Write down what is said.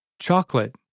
Chocolate